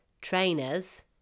trainers